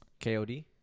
KOD